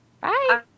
Bye